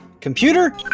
Computer